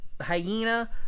hyena